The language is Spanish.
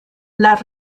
las